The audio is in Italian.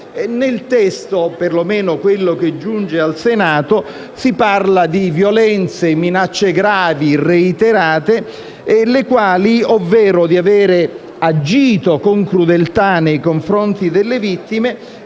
Nel testo, perlomeno quello giunto al Senato, si parla di violenze, minacce gravi e reiterate, ovvero di avere agito con crudeltà nei confronti delle vittime;